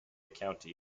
county